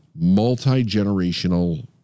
multi-generational